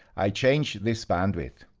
i change this bandwidth.